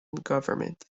government